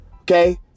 okay